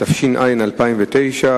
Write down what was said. התש"ע 2009,